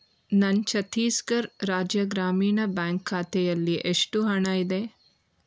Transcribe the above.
ನನ್ನ ಛತ್ತೀಸ್ಘರ್ ರಾಜ್ಯ ಗ್ರಾಮೀಣ ಬ್ಯಾಂಕ್ ಖಾತೆಯಲ್ಲಿ ಎಷ್ಟು ಹಣ ಇದೆ